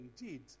indeed